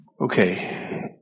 Okay